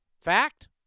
Fact